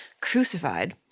crucified